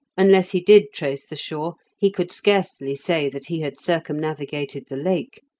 unless he did trace the shore, he could scarcely say that he had circumnavigated the lake,